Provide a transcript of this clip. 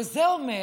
וזה אומר